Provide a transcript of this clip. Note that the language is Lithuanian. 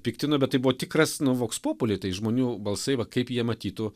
piktino bet tai buvo tikras nu voks populi tai žmonių balsai va kaip jie matytų